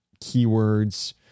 keywords